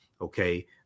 okay